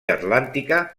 atlàntica